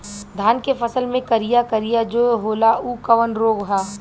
धान के फसल मे करिया करिया जो होला ऊ कवन रोग ह?